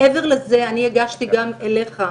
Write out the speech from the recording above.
מעבר לזה, אני הגשתי גם אליך,